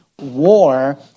war